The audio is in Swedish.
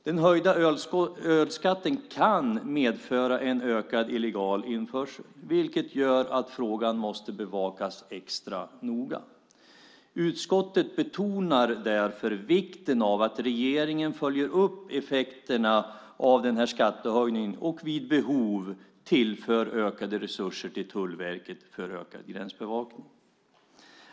Den höjda ölskatten kan medföra en ökad illegal införsel, vilket gör att frågan måste bevakas extra noga. Utskottet betonar därför vikten av att regeringen följer upp effekterna av den här skattehöjningen och vid behov tillför ökade resurser till Tullverket för ökad gränsbevakning.